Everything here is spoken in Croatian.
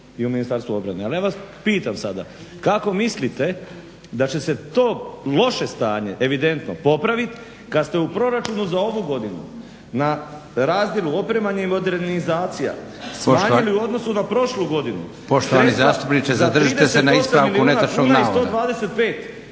i u Ministarstvu obrane, ali ja vas pitam sada kako mislite da će se to loše stanje, evidentno, popraviti kad ste u proračunu za ovu godinu na razdjelu opremanje i modernizacija smanjili u odnosu na prošlu godinu sredstva za 38 milijuna kuna i 125 tisuća,